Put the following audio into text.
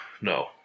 no